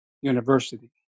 University